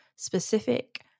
specific